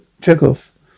Chekhov